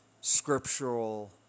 scriptural